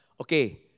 Okay